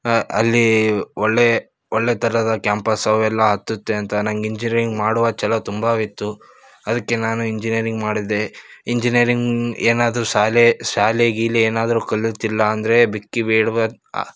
ಅ ಅಲ್ಲಿ ಒಳ್ಳೆಯ ಒಳ್ಳೆಯ ಥರದ ಕ್ಯಾಂಪಸ್ ಅವೆಲ್ಲ ಹತ್ತುತ್ತೆ ಅಂತ ನಂಗೆ ಇಂಜಿರಿಂಗ್ ಮಾಡುವ ಛಲ ತುಂಬ ಇತ್ತು ಅದಕ್ಕೆ ನಾನು ಇಂಜಿನಿಯರಿಂಗ್ ಮಾಡಿದೆ ಇಂಜಿನಿಯರಿಂಗ್ ಏನಾದರೂ ಶಾಲೆ ಶಾಲೆ ಗೀಲೆ ಏನಾದರೂ ಕಲಿಯುತ್ತಿಲ್ಲ ಅಂದರೆ ಭಿಕ್ಕೆ ಬೇಡುವ